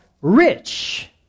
rich